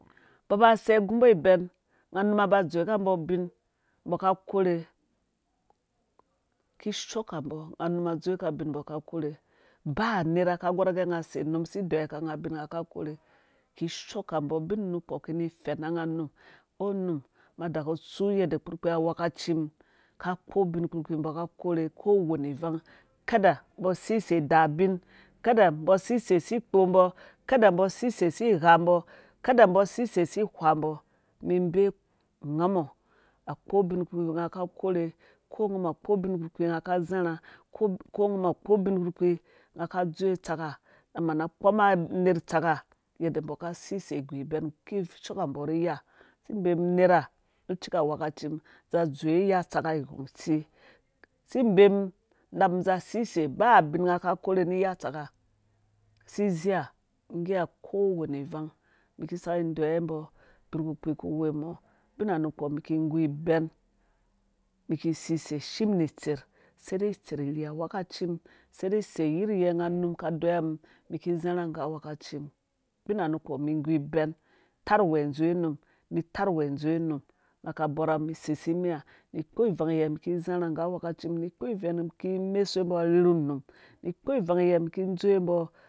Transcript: Mbɔ ba sei agu mbɔ ibɛn mga numa ba dzzowe ka mbɔ ubin mbɔ ka kohe kishooka mbɔ nga num adzoweka ubin mbɔ ka korhe ba nerha ka gorh agɛ nga sei num si deyika ubin nga ka korhe kishooka mbɔ ubin nulepɔ ki ni fɛna bga unum oh num ma daku tsu yadda kpurkpii a wekaci mum ka kpɔ ubin kpurkpii mbɔ ka korhe ko wane ivang kada mbɔ asei sei idaa ubin kada mbɔ sei sei si wha mbɔ mibee ko ngamɔ a kpɔ ubin kpurkpiu nga ka zharha ko ngamɔ akpɔ ubin kpukpii nga ka dzowe utsaka mana kpɔm anerh utsaka yadda mbɔ ka sei sei igu ibɛn ki shooka mbɔ irhi iya si bee nu cika wekaci mum za dzowe iya tsaka iwong itsi si bee mum unapmum za sei sei ba ubin ngga ka korhe ni ya tsaka si zeiye ngga kowane ivang mum ki saki deyiwe mbo ubin kpurkpii ku we mo ubina nu kpɔ mum ki gu ibɛn mum ki sisei shim nu itserh seidei isei yirhyɛ nga num ka deyiwa mum mi ki zharha nggu awekaci mum bina nukpo mi igu ibɛn tɛrh uwe dzowe num nu tarh uwe dzowe num nga ka borha mum isei si mi ha ni kpɔ ivang yiyɛ mum ki zharha nggu awakaci mum nu kpɔ ivang yiyɛ mum ki meswe mbɔ arherhu num ni kpɔ ivang yiyɛ mum ki dzowe mbɔ